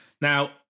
Now